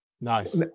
Nice